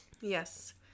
Yes